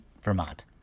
Vermont